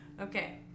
Okay